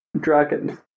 Dragon